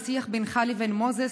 בשיח בינך לבין מוזס,